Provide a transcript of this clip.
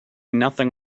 nothing